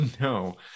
no